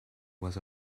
was